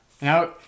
Now